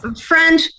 friend